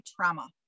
trauma